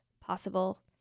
possible